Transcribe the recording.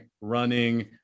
running